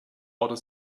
outer